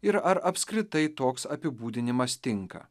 ir ar apskritai toks apibūdinimas tinka